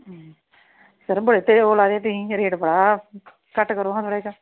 sir ਬਹੁਤ ਉਹ ਲਾਏ ਦੇ ਤੁਸੀਂ ਰੇਟ ਬਾਹਲ਼ਾ ਘੱਟ ਕਰੋ ਨਾ ਥੋੜ੍ਹਾ ਜਿਹਾ